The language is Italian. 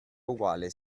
uguale